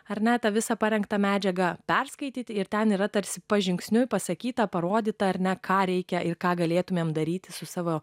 ar net visą parengtą medžiagą perskaityti ir ten yra tarsi pažingsniuoti pasakyta parodyta ar ne ką reikia ir ką galėtumėm daryti su savo